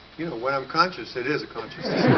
you know, when i'm conscious, it is a conscious